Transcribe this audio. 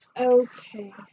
Okay